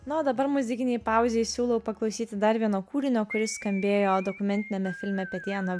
na o dabar muzikinėj pauzėj siūlau paklausyti dar vieno kūrinio kuris skambėjo dokumentiniame filme apie dianą